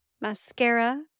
mascara